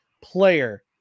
player